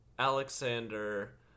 Alexander